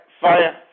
fire